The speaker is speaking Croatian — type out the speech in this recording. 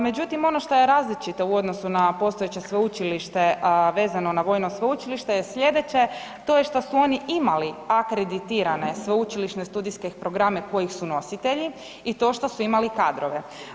Međutim, ono šta je različito u odnosu na postojeće sveučilište, a vezano na vojno sveučilište je slijedeće, to je šta su oni imali akreditirane sveučilišne studijske programe kojih su nositelji i to šta su imali kadrove.